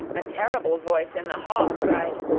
a terrible voice in the hall cried,